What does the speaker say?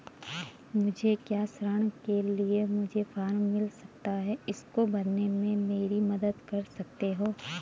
क्या मुझे ऋण के लिए मुझे फार्म मिल सकता है इसको भरने में मेरी मदद कर सकते हो?